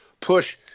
push –